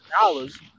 dollars